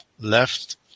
left